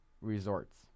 resorts